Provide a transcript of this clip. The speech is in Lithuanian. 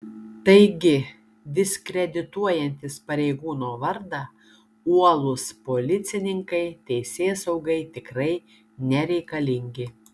taigi diskredituojantys pareigūno vardą uolūs policininkai teisėsaugai tikrai nereikalingi